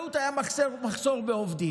בחקלאות היה מחסור בעובדים,